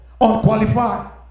unqualified